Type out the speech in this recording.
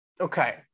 okay